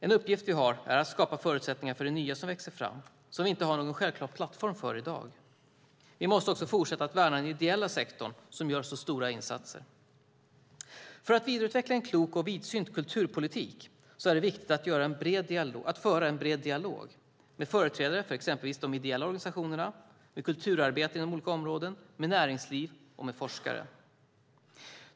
En uppgift vi har är att skapa förutsättningar för det nya som växer fram och som vi inte har någon självklar plattform för i dag. Vi måste också fortsätta att värna den ideella sektorn som gör så stora insatser. För att vidareutveckla en klok och vidsynt kulturpolitik är det viktigt att föra en bred dialog med företrädare för exempelvis de ideella organisationerna, med kulturarbetare inom olika områden, med näringsliv och med forskare.